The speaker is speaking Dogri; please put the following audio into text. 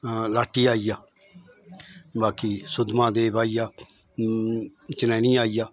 लाटी आई गेआ बाकी सुद्धमहादेव आई गेआ चनैनी आई गेआ